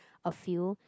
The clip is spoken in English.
a few